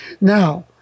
Now